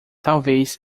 talvez